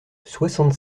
soixante